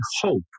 hope